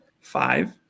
five